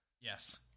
Yes